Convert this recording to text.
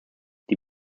die